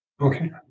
Okay